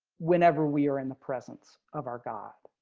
whenever we are in the presence of our god.